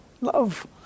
love